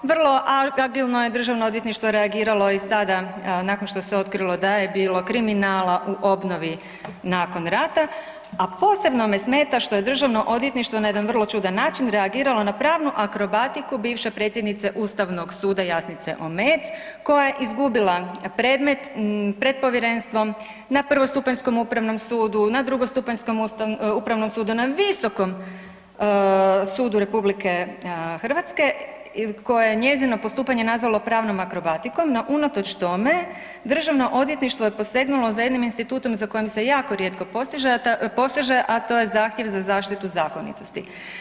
Vrlo agilno je državno odvjetništvo reagiralo i sada nakon što se otkrilo da je bilo kriminala u obnovi nakon rata, a posebno me smeta što je državno odvjetništvo na jedan vrlo čudan način reagiralo na pravnu akrobatiku bivše predsjednice Ustavnog suda Jasnice Omejec koja je izgubila predmet pred povjerenstvom, na prvostupanjskom Upravnom sudu, na drugostupanjskom Upravnom sudu, na Visokom sudu RH koje je njezino postupanje nazvalo pravnom akrobatikom no unatoč tome državno odvjetništvo je posegnulo za jednim institutom za kojim se jako rijetko poseše, a to je zahtjev za zaštitu zakonitosti.